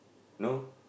no